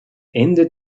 ende